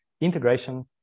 integration